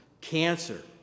cancer